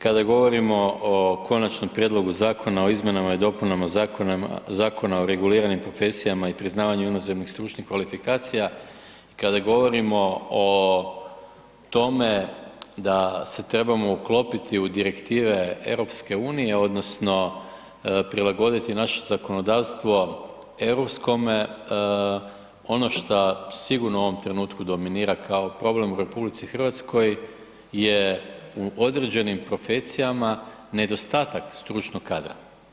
Kada govorimo o Konačnom prijedlogu zakona o izmjenama i dopunama Zakona o reguliranim profesijama i priznavanju inozemnih stručnih kvalifikacija, kada govorimo o tome da se trebamo uklopiti u direktive EU-a odnosno prilagoditi naše zakonodavstvo europskome, ono šta sigurno u ovom trenutku dominira kao problem u RH je u određenim profesijama nedostatak stručnog kadra.